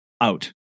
out